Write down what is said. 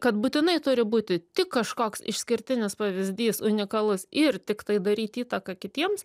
kad būtinai turi būti tik kažkoks išskirtinis pavyzdys unikalus ir tiktai daryt įtaką kitiems